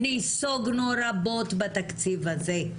נסוגנו רבות בתקציב הזה.